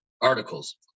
articles